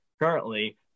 currently